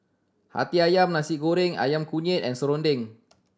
Hati Ayam Nasi Goreng Ayam Kunyit and serunding